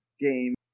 game